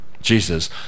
Jesus